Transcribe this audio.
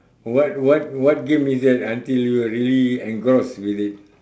what what what game is that until you are really engrossed with it